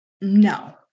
no